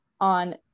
On